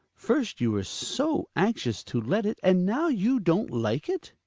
first you were so anxio us to let it, and now you don't like it.